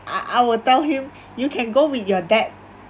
I I will tell him you can go with your dad